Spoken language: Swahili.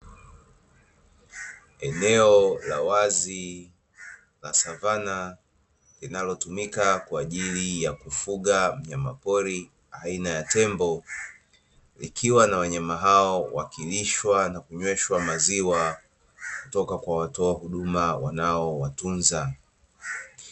Eneo la wazi la savana linalotumika kwaajili ya kufuga mnyapori aina ya tembo wakilishwa na kunyeshwa maziwa kutoka kwa watoa huduma wanaowatunza